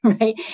Right